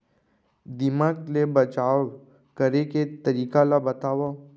दीमक ले बचाव करे के तरीका ला बतावव?